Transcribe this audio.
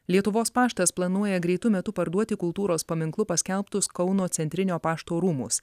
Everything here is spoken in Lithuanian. lietuvos paštas planuoja greitu metu parduoti kultūros paminklu paskelbtus kauno centrinio pašto rūmus